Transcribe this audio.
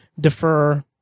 defer